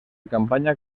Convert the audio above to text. campaña